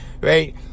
right